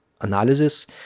analysis